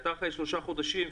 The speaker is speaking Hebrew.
אחרי שלושה חודשים,